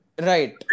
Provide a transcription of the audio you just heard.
right